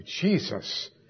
Jesus